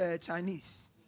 Chinese